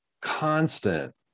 constant